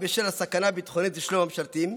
בשל הסכנה הביטחונית לשלום המשרתים,